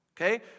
Okay